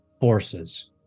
forces